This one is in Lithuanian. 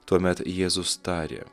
tuomet jėzus tarė